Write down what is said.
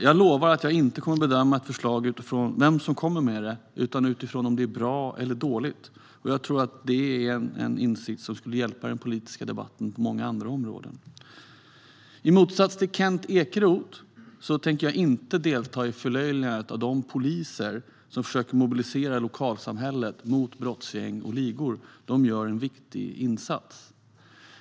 Jag lovar att jag inte kommer att bedöma ett förslag utifrån vem som kommer med det utan utifrån om det är bra eller dåligt. Det tror jag är en insikt som skulle hjälpa den politiska debatten även på många andra områden. I motsats till Kent Ekeroth tänker jag inte delta i förlöjligandet av de poliser som försöker mobilisera lokalsamhället mot brottsgäng och ligor. De gör en viktig insats.